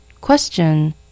Question